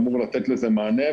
אמור לתת לזה מענה.